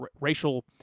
racial